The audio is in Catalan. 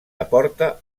aporta